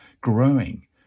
growing